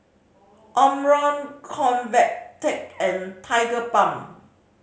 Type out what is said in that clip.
Omron Convatec and Tigerbalm